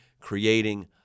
creating